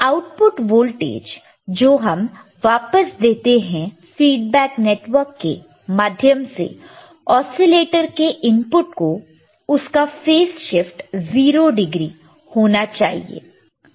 output voltage जो हम वापस देते हैं फीडबैक नेटवर्क के माध्यम से ओसीलेटर के इनपुट को उसका फेस शिफ्ट 00 होना चाहिए